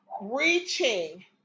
reaching